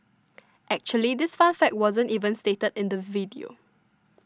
actually this fun fact wasn't even stated in the video